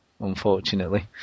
unfortunately